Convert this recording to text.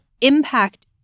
impact